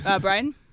Brian